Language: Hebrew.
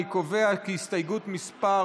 אני קובע כי הסתייגות מס'